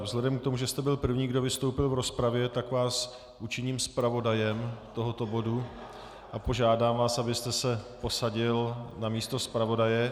Vzhledem k tomu, že jste byl první, kdo vystoupil v rozpravě, tak vás učiním zpravodajem tohoto bodu a požádám vás, abyste se posadil na místo zpravodaje.